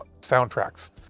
soundtracks